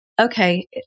okay